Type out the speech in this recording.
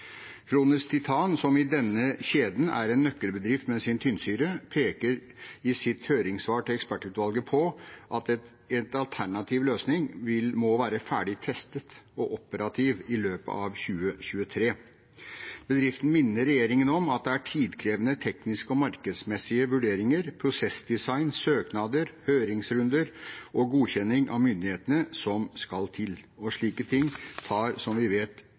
Titan, som i denne kjeden er en nøkkelbedrift med sin tynnsyre, peker i sitt høringssvar til ekspertutvalget på at en alternativ løsning må være ferdig testet og operativ i løpet av 2023. Bedriften minner regjeringen om at det er tidkrevende tekniske og markedsmessige vurderinger, prosessdesign, søknader, høringsrunder og godkjenning av myndighetene som skal til, og slike ting tar – som vi vet